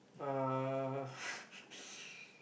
uh